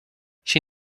she